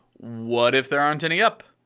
what if there aren't any up?